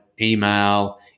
email